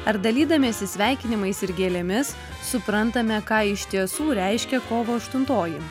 ar dalydamiesi sveikinimais ir gėlėmis suprantame ką iš tiesų reiškia kovo aštuntoji